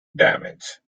damage